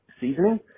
seasoning